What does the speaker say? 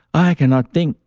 i cannot think.